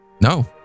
No